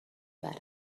بره